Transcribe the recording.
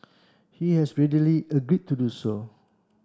he has readily agreed to do so